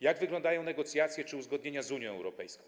Jak wyglądają negocjacje czy uzgodnienia z Unią Europejską?